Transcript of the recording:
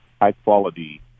high-quality